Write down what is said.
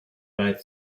both